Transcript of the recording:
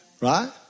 Right